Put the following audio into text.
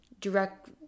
direct